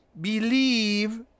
believe